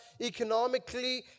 economically